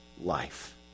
life